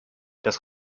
das